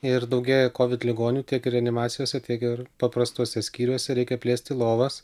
ir daugėja kovid ligonių tiek ir reanimacijose tiek ir paprastuose skyriuose reikia plėsti lovas